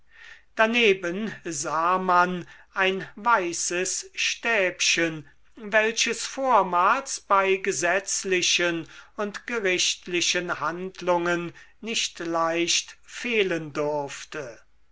daneben sah man ein weißes stäbchen welches vormals bei gesetzlichen und gerichtlichen handlungen nicht leicht fehlen durfte